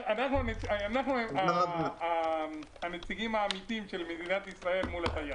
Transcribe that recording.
אנחנו הנציגים האמיתיים של מדינת ישראל מול התייר.